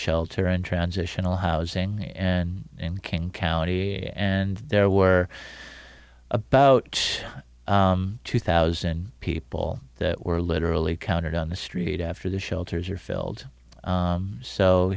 shelter in transitional housing and in king county and there were about two thousand people that were literally counted on the street after the shelters are filled